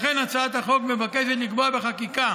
לכן הצעת החוק מבקשת לקבוע בחקיקה